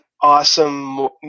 awesome